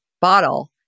bottle